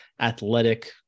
athletic